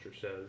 says